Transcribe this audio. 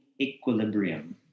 equilibrium